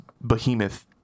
behemoth